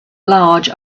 large